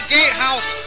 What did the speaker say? Gatehouse